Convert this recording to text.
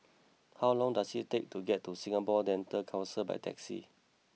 how long does it take to get to Singapore Dental Council by taxi